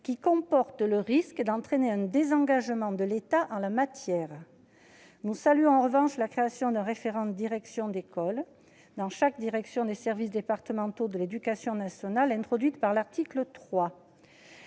qui comporte le risque d'entraîner un désengagement de l'État en la matière. Nous saluons en revanche la création d'un « référent direction d'école » dans chaque direction des services départementaux de l'éducation nationale introduite par l'article 3.